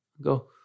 Go